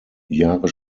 jahre